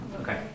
Okay